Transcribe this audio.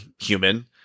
human